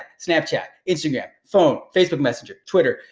snapchat, instagram, phone, facebook messenger, twitter,